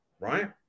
right